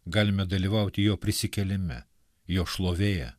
galime dalyvauti jo prisikėlime jo šlovėje